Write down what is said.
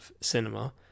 cinema